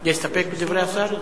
להסתפק בדברי השר?